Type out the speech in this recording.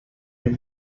you